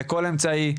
בכל אמצעי,